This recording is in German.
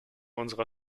unserer